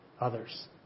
others